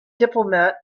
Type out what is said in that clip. diplomat